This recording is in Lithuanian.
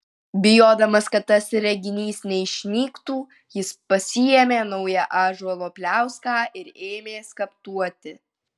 bijodamas kad tas reginys neišnyktų jis pasiėmė naują ąžuolo pliauską ir ėmė skaptuoti